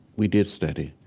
we did study.